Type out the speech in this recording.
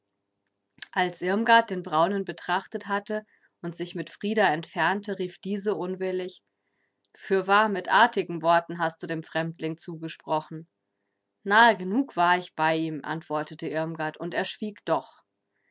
als irmgard den braunen betrachtet hatte und sich mit frida entfernte rief diese unwillig fürwahr mit artigen worten hast du dem fremdling zugesprochen nahe genug war ich bei ihm antwortete irmgard und er schwieg doch